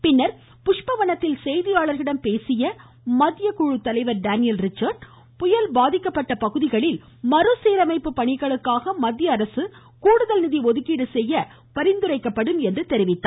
பின்னர் புஷ்பவனத்தில் செய்தியாளர்களிடம் மத்திய குழு தலைவர் டேனியல் ரிச்சர்டு புயல் பாதிக்கப்பட்ட பகுதிகளில் மறு சீரமைப்பு பணிகளுக்காக மத்திய அரசு கூடுதல் நிதி ஒதுக்கீடு செய்ய பரிந்துரைக்கப்படும் என்று தெரிவித்தார்